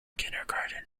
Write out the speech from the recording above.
kindergarten